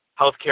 healthcare